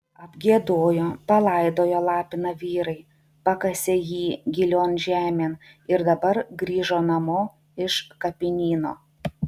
apgiedojo palaidojo lapiną vyrai pakasė jį gilion žemėn ir dabar grįžo namo iš kapinyno